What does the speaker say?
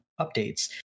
updates